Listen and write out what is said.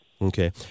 Okay